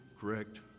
correct